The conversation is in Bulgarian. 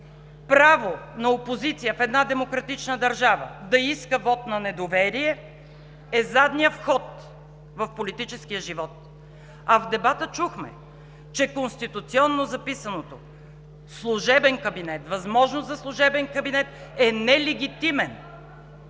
право на опозиция в една демократична държава – да иска вот на недоверие, е задният вход в политическия живот. В дебата чухме, че конституционно записаната възможност за служебен кабинет е нелегитимна.